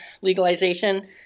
legalization